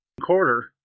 quarter